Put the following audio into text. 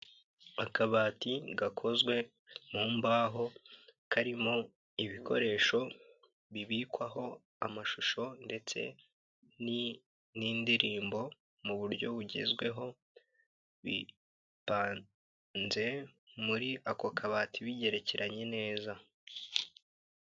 Akabati gakozwe mu mbaho karimo ibikoresho bibikwaho amashusho ndetse n'indirimbo mu buryo bugezweho bipanze muri ako kabati bigerekeranye neza.